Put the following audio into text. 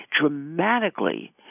dramatically